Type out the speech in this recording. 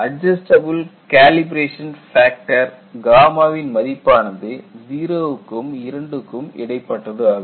adjustable calibration factor ன் மதிப்பானது 0 க்கும் 2 க்கும் இடைப்பட்டது ஆகும்